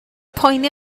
poeni